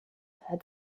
had